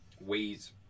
ways